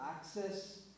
access